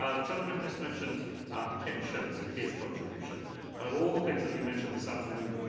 ah john griffiths mentioned ah pensions in his contribution, and of all the things that we've mentioned this afternoon,